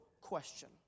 question